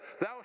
thou